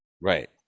right